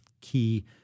key